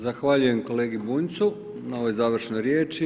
Zahvaljujem kolegi Bunjcu na ovoj završnoj riječi.